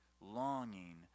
longing